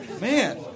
Man